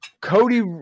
Cody